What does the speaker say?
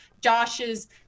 josh's